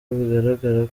bigaragara